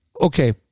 okay